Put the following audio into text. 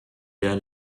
der